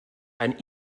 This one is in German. ein